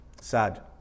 Sad